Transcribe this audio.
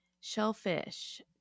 shellfish